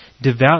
devout